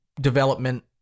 development